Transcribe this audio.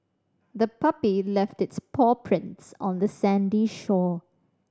the puppy left its paw prints on the sandy shore